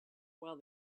while